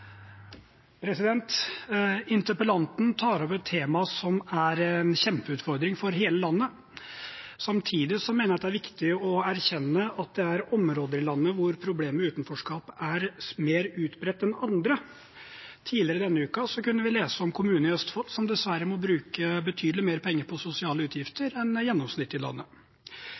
Interpellanten tar opp et tema som er en kjempeutfordring for hele landet. Samtidig mener jeg det er viktig å erkjenne at det er områder i landet hvor problemet med utenforskap er mer utbredt enn andre. Tidligere denne uken kunne vi lese om kommunene i Østfold som dessverre må bruke betydelig mer penger på sosiale utgifter enn gjennomsnittet i landet.